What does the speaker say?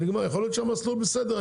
אולי המסלול בסדר.